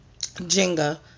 Jenga